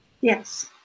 yes